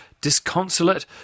Disconsolate